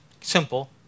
simple